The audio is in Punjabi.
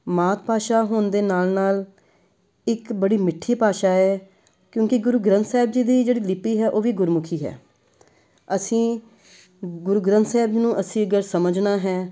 ਮਾਤ ਭਾਸ਼ਾ ਹੋਣ ਦੇ ਨਾਲ ਨਾਲ ਇੱਕ ਬੜੀ ਮਿੱਠੀ ਭਾਸ਼ਾ ਹੈ ਕਿਉਂਕਿ ਗੁਰੂ ਗ੍ਰੰਥ ਸਾਹਿਬ ਜੀ ਦੀ ਜਿਹੜੀ ਲਿਪੀ ਹੈ ਉਹ ਵੀ ਗੁਰਮੁਖੀ ਹੈ ਅਸੀਂ ਗੁਰੂ ਗ੍ਰੰਥ ਸਾਹਿਬ ਨੂੰ ਅਸੀਂ ਅਗਰ ਸਮਝਣਾ ਹੈ